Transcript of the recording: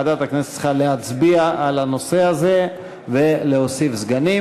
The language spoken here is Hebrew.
ועדת הכנסת צריכה להצביע על הנושא הזה ולהוסיף סגנים.